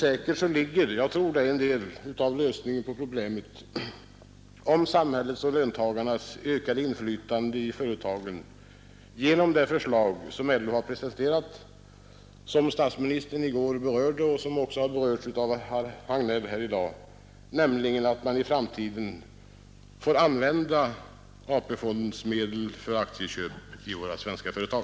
Säkert ligger en del av lösningen på problemet om samhällets och löntagarnas ökade inflytande inom företagen i det förslag som LO har presenterat, som statsministern i går berörde och som herr Hagnell har tagit upp i dag, nämligen att i framtiden AP-fondsmedel får användas för aktieköp i våra svenska företag.